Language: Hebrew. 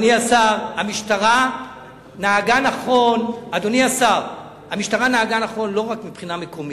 המשטרה נהגה נכון לא רק מבחינה מקומית,